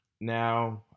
now